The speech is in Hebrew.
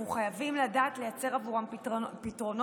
אנחנו חייבים לדעת לייצר עבורם פתרונות.